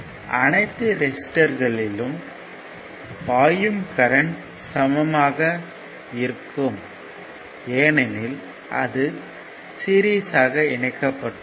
அனைத்து ரெசிஸ்டர்களிலும் பாயும் கரண்ட் சமமாகவே இருக்கும் ஏனெனில் அது சீரிஸ்யாக இணைக்கப்பட்டுள்ளது